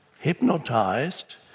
hypnotized